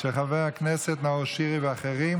של חבר הכנסת נאור שירי ואחרים.